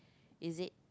is it